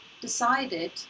decided